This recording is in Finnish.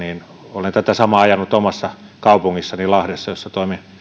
olen tätä samaa ajanut omassa kaupungissani lahdessa jossa toimin